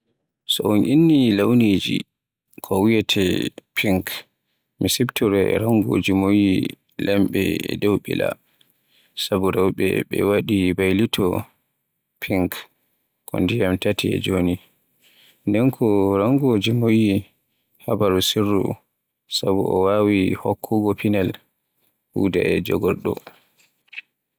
So un inni launiji ko wiyeete pink, mi siftoroya e rangooji moƴƴi laamɓe e dow mbilla. Sabu rewɓe ɓe waɗii baylito pink ko ndiyam tati e jooni. Nden ko rangooji moƴƴi habaru sirru, sabu o waawi hokkugo pinal, huɗa e jogorɗi.